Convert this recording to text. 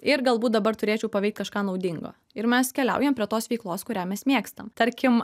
ir galbūt dabar turėčiau paveikt kažką naudingo ir mes keliaujam prie tos veiklos kurią mes mėgstam tarkim